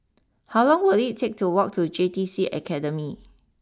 how long will it take to walk to J T C Academy